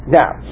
now